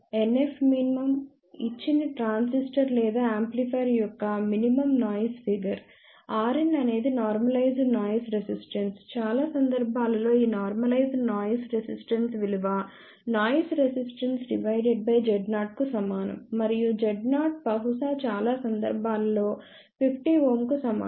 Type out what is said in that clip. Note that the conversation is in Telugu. NFmin ఇచ్చిన ట్రాన్సిస్టర్ లేదా యాంప్లిఫైయర్ యొక్క మినిమమ్ నాయిస్ ఫిగర్ rn అనేది నార్మలైజ్డ్ నాయిస్ రెసిస్టెన్స్ చాలా సందర్భాలలో ఈ నార్మలైజ్డ్ నాయిస్ రెసిస్టెన్స్ విలువ noise resistance divided by Z0 కు సమానం మరియు Z0 బహుశా చాలా సందర్భాలలో 50 Ω కు సమానం